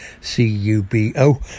C-U-B-O